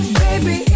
baby